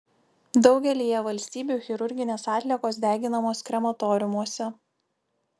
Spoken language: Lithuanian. daugelyje valstybių chirurginės atliekos deginamos krematoriumuose